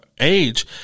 age